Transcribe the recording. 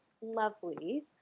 lovely